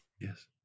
Yes